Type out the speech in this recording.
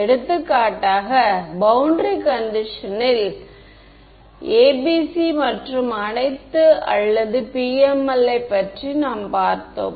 எடுத்துக்காட்டாக பௌண்டரி கண்டிஷனலில் ABC மற்றும் அனைத்து அல்லது PML யை பற்றி நாம் பார்த்தோம்